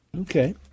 Okay